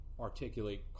articulate